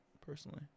personally